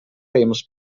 famous